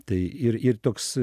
tai ir ir toks